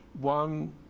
one